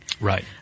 Right